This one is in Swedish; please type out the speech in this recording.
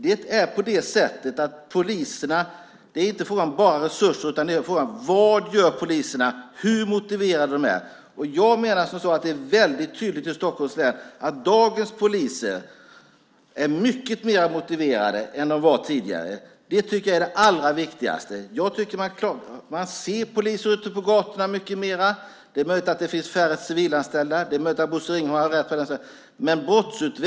Det är inte en fråga bara om resurser, utan det är en fråga om vad poliserna gör och hur motiverade de är. Jag menar att det är väldigt tydligt i Stockholms län att dagens poliser är mycket mer motiverade än de var tidigare. Det tycker jag är det allra viktigaste. Man ser poliser ute på gatorna mycket mer. Det är möjligt att det finns färre civilanställda. Det är möjligt att Bosse Ringholm har rätt i fråga om det.